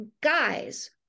guys